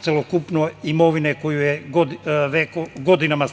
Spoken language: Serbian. celokupne imovine koju je godinama